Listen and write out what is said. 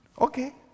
Okay